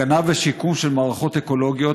הגנה ושיקום של מערכות אקולוגיות,